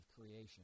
creation